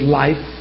life